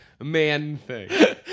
Man-thing